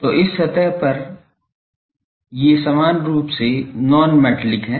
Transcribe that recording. तो इस सतह पर पर ये करुगेशन हैं इसका अर्थ है कि यह भाग मैटेलिक हैं लेकिन इन भागों के बीच समान रूप से नॉन मैटेलिक हैं